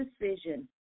decision